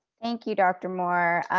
thank you, dr. moore.